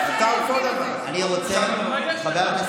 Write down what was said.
אלמוג כהן, אני מבקש לאפשר לי לנהל את המליאה.